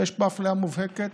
ויש פה אפליה מובהקת.